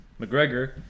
McGregor